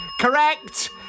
Correct